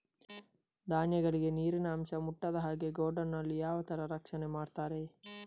ಧಾನ್ಯಗಳಿಗೆ ನೀರಿನ ಅಂಶ ಮುಟ್ಟದ ಹಾಗೆ ಗೋಡೌನ್ ನಲ್ಲಿ ಯಾವ ತರ ರಕ್ಷಣೆ ಮಾಡ್ತಾರೆ?